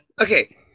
okay